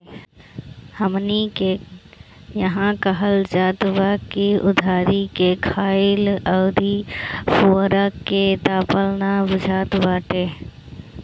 हमनी के इहां कहल जात बा की उधारी के खाईल अउरी पुअरा के तापल ना बुझात बाटे